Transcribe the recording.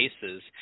cases